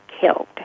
killed